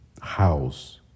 house